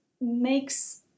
makes